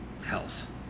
health